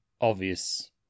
obvious